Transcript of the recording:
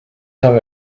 time